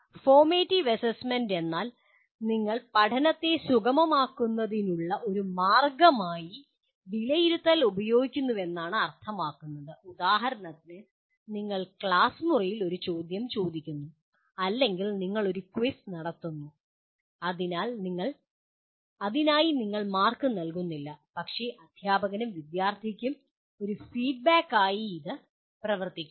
formative assessment എന്നാൽ നിങ്ങൾ പഠനത്തെ സുഗമമാക്കുന്നതിനുള്ള ഒരു മാർഗമായി വിലയിരുത്തൽ ഉപയോഗിക്കുന്നുവെന്നാണ് അർത്ഥമാക്കുന്നത് ഉദാഹരണത്തിന് നിങ്ങൾ ക്ലാസ് മുറിയിൽ ഒരു ചോദ്യം ചോദിക്കുന്നു അല്ലെങ്കിൽ നിങ്ങൾ ഒരു ക്വിസ് നടത്തുന്നു അതിനായി നിങ്ങൾ മാർക്ക് നൽകുന്നില്ല പക്ഷേ ഇത് അധ്യാപകനും വിദ്യാർത്ഥിക്കും ഒരു ഫീഡ്ബാക്കായി പ്രവർത്തിക്കുന്നു